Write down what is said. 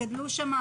גדלו שם,